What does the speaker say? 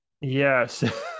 Yes